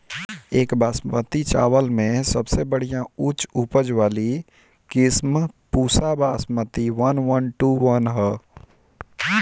एक बासमती चावल में सबसे बढ़िया उच्च उपज वाली किस्म Pusa Basmati one one two one ह?